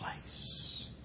place